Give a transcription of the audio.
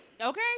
Okay